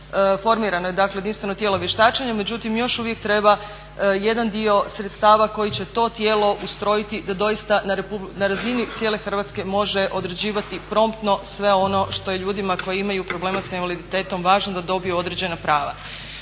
formirano je dakle jedinstveno tijelo vještačenja, međutim još uvijek treba jedan dio sredstava koji će to tijelo ustrojiti da doista na razini cijele Hrvatske može određivati promptno sve ono što je ljudima koji imaju problema sa invaliditetom važno, da dobiju određena prava.